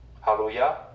Hallelujah